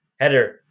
header